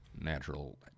natural